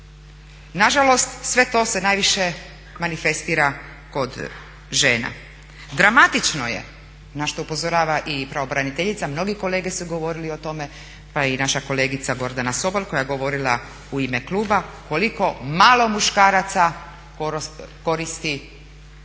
Nažalost sve to se najviše manifestira kod žena. Dramatično je, na što upozorava i pravobraniteljica, mnogi kolege su govorili o tome, pa i naša kolegica Gordana Sobol koja je govorila u ime kluba, koliko malo muškaraca koristi